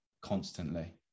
constantly